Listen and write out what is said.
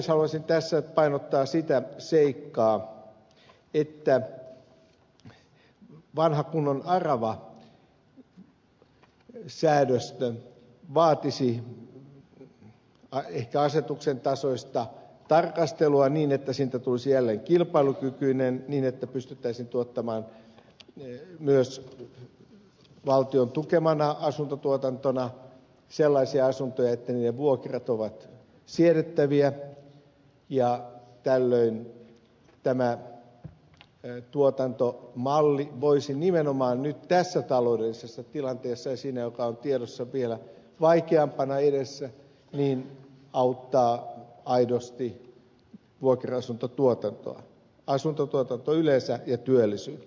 haluaisin tässä painottaa sitä seikkaa että vanha kunnon aravasäädöstö vaatisi ehkä asetuksen tasoista tarkastelua niin että siitä tulisi jälleen kilpailukykyinen ja pystyttäisiin tuottamaan myös valtion tukemana asuntotuotantona sellaisia asuntoja että niiden vuokrat ovat siedettäviä ja tällöin tämä tuotantomalli voisi nimenomaan nyt tässä taloudellisessa tilanteessa ja siinä joka on tiedossa vielä vaikeampana edessä auttaa aidosti vuokra asuntotuotantoa asuntotuotantoa yleensä ja työllisyyttä